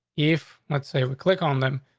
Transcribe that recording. if let's say we click on them,